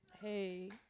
Hey